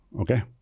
Okay